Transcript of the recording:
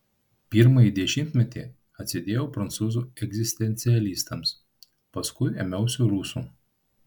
pirmąjį dešimtmetį atsidėjau prancūzų egzistencialistams paskui ėmiausi rusų